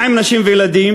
מה עם נשים וילדים?